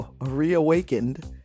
reawakened